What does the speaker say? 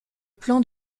plan